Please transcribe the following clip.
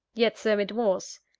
yet so it was.